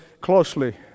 closely